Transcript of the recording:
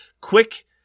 Quick